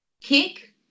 kick